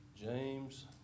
James